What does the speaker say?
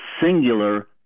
singular